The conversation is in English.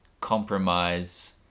compromise